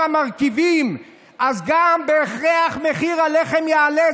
המרכיבים אז גם בהכרח מחיר הלחם יעלה.